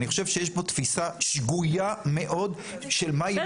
אני חושב שיש פה תפיסה שגויה מאוד של מהי המשכיות.